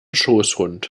schoßhund